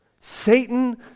Satan